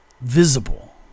visible